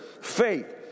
faith